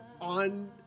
on